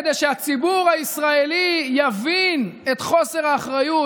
כדי שהציבור הישראלי יבין את חוסר האחריות,